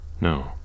No